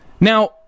Now